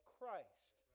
Christ